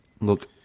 Look